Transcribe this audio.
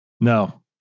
No